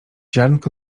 ziarnko